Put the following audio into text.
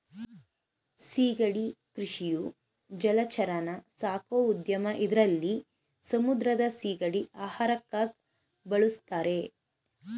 ಸಿಗಡಿ ಕೃಷಿಯು ಜಲಚರನ ಸಾಕೋ ಉದ್ಯಮ ಇದ್ರಲ್ಲಿ ಸಮುದ್ರದ ಸಿಗಡಿನ ಆಹಾರಕ್ಕಾಗ್ ಬಳುಸ್ತಾರೆ